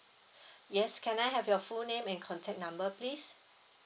yes can I have your full name and contact number please